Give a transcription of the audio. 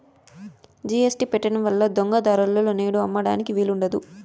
GST పెట్టడం వల్ల దొంగ దారులలో నేడు అమ్మడానికి వీలు ఉండదు